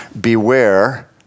beware